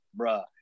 bruh